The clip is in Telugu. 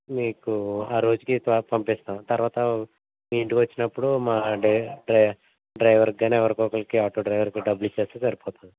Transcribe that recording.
మీకు ఆ రోజుకి కార్ పంపిస్తాం తర్వాత మీ ఇంటికొచ్చినప్పుడు మా డై డై డ్రైవర్కి గానీ ఎవరికో ఒకరికి ఆటో డ్రైవర్కి డబ్బులు ఇచ్చేస్తే సరిపోతుంది